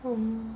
oh